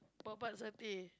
babat satay